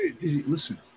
Listen